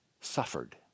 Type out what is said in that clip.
suffered